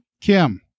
Kim